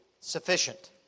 sufficient